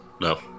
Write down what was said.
No